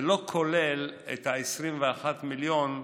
זה לא כולל את ה-21 מיליון,